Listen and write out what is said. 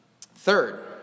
third